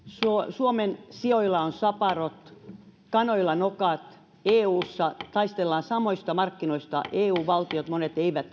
suomen sioilla on saparot kanoilla nokat ja eussa taistellaan samoista markkinoista eu valtioista monet eivät